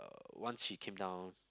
uh once she came down